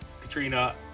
katrina